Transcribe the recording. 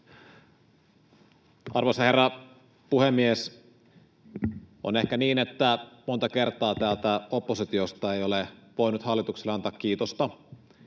Arvoisa herra puhemies! On ehkä niin, että monta kertaa täältä oppositiosta ei ole voinut hallitukselle antaa kiitosta,